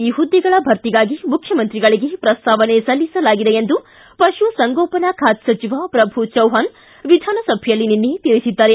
ಈ ಹುದ್ದೆಗಳ ಭರ್ತಿಗಾಗಿ ಮುಖ್ಯಮಂತ್ರಿಗಳಿಗೆ ಪ್ರಸ್ತಾವನೆ ಸಲ್ಲಿಸಲಾಗಿದೆ ಎಂದು ಪಶು ಸಂಗೋಪನೆ ಖಾತೆ ಸಚಿವ ಪ್ರಭು ಚವ್ವಾಣ್ ವಿಧಾನಸಭೆಯಲ್ಲಿ ನಿನ್ನೆ ತಿಳಿಸಿದ್ದಾರೆ